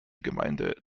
gemeinde